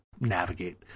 navigate